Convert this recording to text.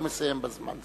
הוא מסיים בזמן.